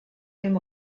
dem